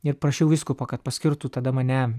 ir prašiau vyskupo kad paskirtų tada mane